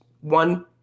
one